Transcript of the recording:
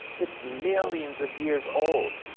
it's millions of years old.